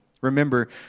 remember